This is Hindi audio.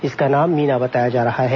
इसका नाम मीना बताया जा रहा है